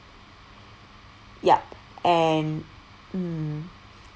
yup and mm